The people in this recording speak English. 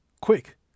Quick